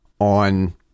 on